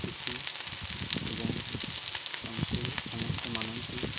ଖୁସି ଏବଂ ତାଙ୍କୁ ସମସ୍ତେ ମାନନ୍ତି